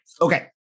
okay